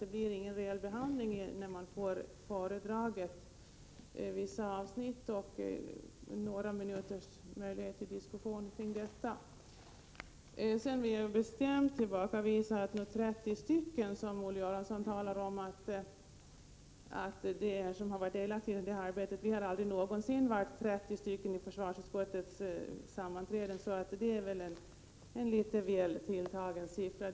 Det blir ingen reell behandling när vissa avsnitt bara föredras och det ges möjlighet bara till några minuters diskussion. Jag vill bestämt tillbakavisa Olle Göranssons uppgift att 30 personer deltagit i detta arbete. 30 personer har aldrig någonsin suttit med på försvarsutskottets sammanträden. Det är en alltför högt tilltagen siffra.